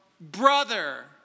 brother